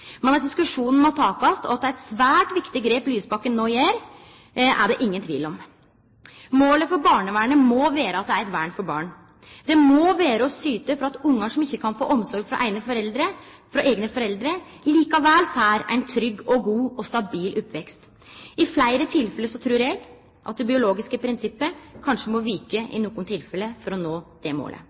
Men at diskusjonen må takast, og at det er eit svært viktig grep Lysbakken no gjer, er det ingen tvil om. Målet for barnevernet må vere at det er eit vern for barn – det må vere å syte for at barn som ikkje kan få omsorg frå eigne foreldre, likevel får ein trygg, god og stabil oppvekst. I fleire tilfelle trur eg at det biologiske prinsippet kanskje må vike for å nå det målet.